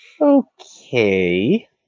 Okay